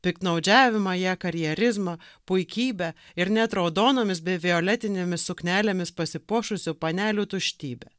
piktnaudžiavimą ja karjerizmą puikybę ir net raudonomis bei violetinėmis suknelėmis pasipuošusių panelių tuštybę